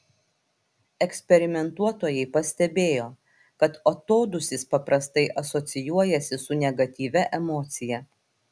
eksperimentuotojai pastebėjo kad atodūsis paprastai asocijuojasi su negatyvia emocija